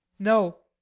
no.